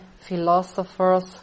philosophers